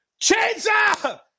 chainsaw